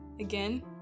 again